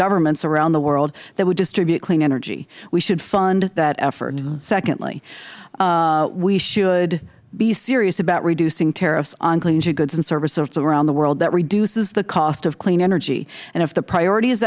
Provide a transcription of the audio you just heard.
governments around the world that would distribute clean energy we should fund that effort secondly we should be serious about reducing tariffs on clean energy goods and services around the world that reduces the cost of clean energy and if the priorit